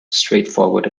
straightforward